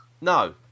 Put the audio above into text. No